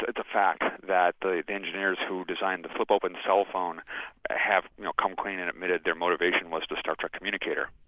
it's a fact that the engineers who designed the flip open cell phone have you know come clean and admitted their motivation was a star trek communicator,